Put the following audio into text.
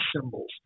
symbols